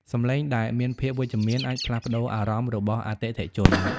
សំឡេងដែលមានភាពវិជ្ជមានអាចផ្លាស់ប្ដូរអារម្មណ៍របស់អតិថិជន។